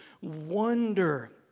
wonder